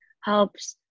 helps